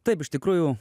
taip iš tikrųjų